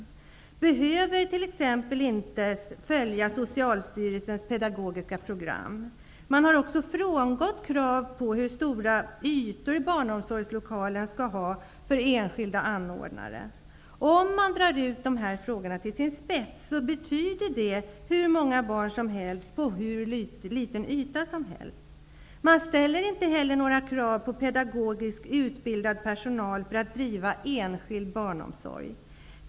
Man behöver t.ex. inte följa Man har också frångått kravet för enskilda anordnare på hur stora ytor barnomsorgslokalen skall ha. Om man drar ut frågan till sin spets betyder detta att det får vara hur många barn som helst på hur liten yta som helst. Man ställer inte heller några krav på pedagogiskt utbildad personal för att driva enskild barnomsorg.